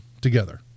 together